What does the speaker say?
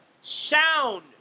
sound